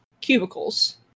cubicles